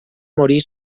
morir